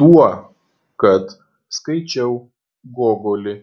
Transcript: tuo kad skaičiau gogolį